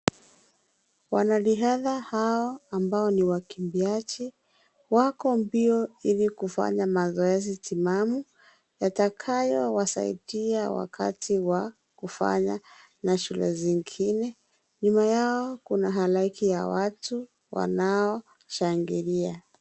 Wanariadha hao ambao ni wakimbiaji wako mbio ili kufanya mazoezi timamu yatakayowasaidia wakati wa kufanya na shule zingine, nyuma yao kuna halaiki ya watu wanaoshangilia.